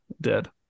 dead